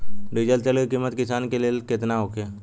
Diesel तेल के किमत किसान के लेल केतना होखे?